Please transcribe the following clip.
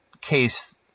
case